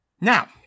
Now